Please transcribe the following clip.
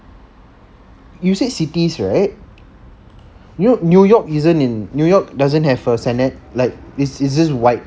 you said cities right you know new york isn't in new york doesn't have a senate like it's just white